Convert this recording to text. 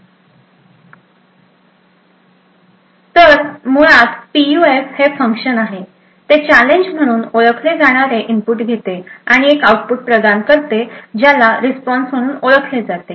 तर मुळात पीयूएफ हे एक फंक्शन आहे ते चॅलेंज म्हणून ओळखले जाणारे इनपुट घेते आणि एक आउटपुट प्रदान करते ज्याला रिस्पॉन्स म्हणून ओळखले जाते